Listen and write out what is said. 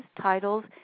titles